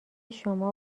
شما